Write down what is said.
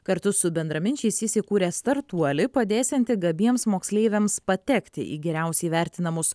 kartu su bendraminčiais įsikūrė startuolį padėsiantį gabiems moksleiviams patekti į geriausiai vertinamus